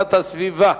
והגנת הסביבה.